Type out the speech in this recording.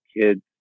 kids